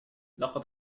لقد